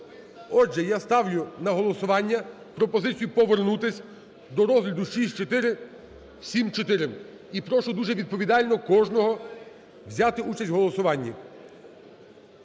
Отже, я ставлю на голосування пропозицію повернутися до розгляду 6474 і прошу дуже відповідально кожного взяти участь в голосуванні.